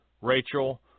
Rachel